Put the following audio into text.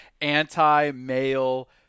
anti-male